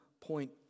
point